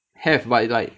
have but it's like